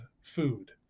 food